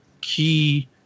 key